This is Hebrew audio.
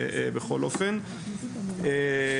אגב